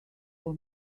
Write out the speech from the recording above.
for